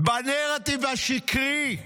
בנרטיב השקרי: